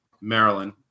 Maryland